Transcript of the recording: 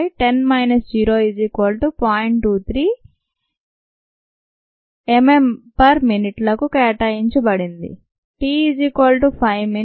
23 mMmin 1 కు కేటాయించబడింది t 5 min S 18